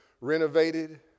renovated